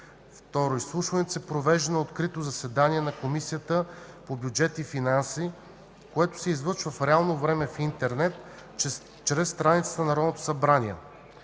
2. Изслушването се провежда на открито заседание на Комисията по бюджет и финанси, което се излъчва в реално време в интернет чрез страницата на